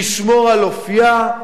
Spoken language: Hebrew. לשמור על אופיה,